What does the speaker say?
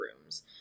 rooms